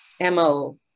MO